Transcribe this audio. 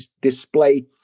display